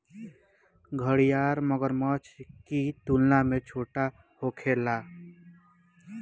घड़ियाल मगरमच्छ की तुलना में छोट होखेले